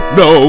no